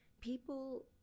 People